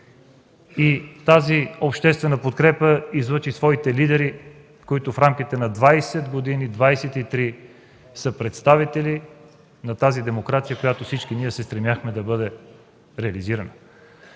и тази обществена подкрепа излъчи своите лидери, които в рамките на 20 23 години са представители на тази демокрация, която всички ние се стремяхме да бъде реализирана.